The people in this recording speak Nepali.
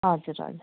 हजुर हजुर